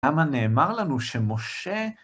למה נאמר לנו שמשה...